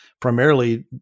Primarily